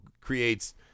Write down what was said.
creates